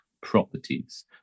properties